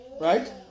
right